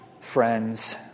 friends